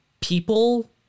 people